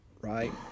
right